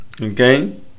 Okay